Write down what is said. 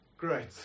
great